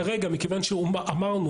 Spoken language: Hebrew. כרגע מכיוון שאמרנו,